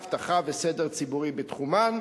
אבטחה וסדר ציבורי בתחומן,